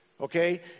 Okay